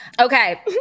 Okay